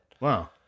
Wow